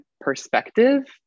perspective